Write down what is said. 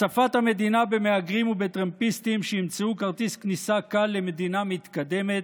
הצפת המדינה במהגרים ובטרמפיסטים שימצאו כרטיס כניסה קל למדינה מתקדמת,